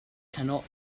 cannot